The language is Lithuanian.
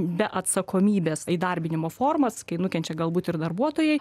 be atsakomybės įdarbinimo formas kai nukenčia galbūt ir darbuotojai